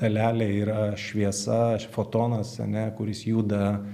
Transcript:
dalelė yra šviesa a fotonas ane kuris juda